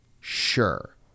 sure